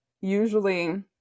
usually